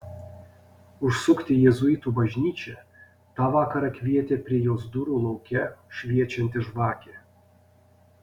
užsukti į jėzuitų bažnyčią tą vakarą kvietė prie jos durų lauke šviečianti žvakė